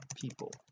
people